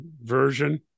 version